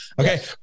okay